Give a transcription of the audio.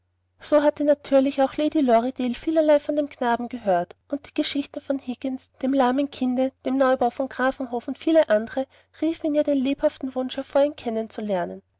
so hatte natürlich auch lady lorridaile vielerlei von dem knaben gehört und die geschichten von higgins dem lahmen kinde dem neubau von grafenhof und viele andre riefen in ihr den lebhaften wunsch hervor